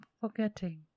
forgetting